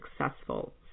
successful